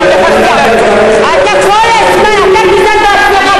אני לא התייחסתי אלייך.